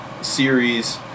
series